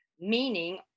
meaning